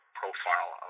profile